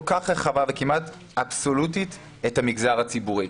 כך הרחבה וכמעט אבסולוטית את המגזר הציבורי.